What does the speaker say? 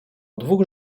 dwóch